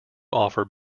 offer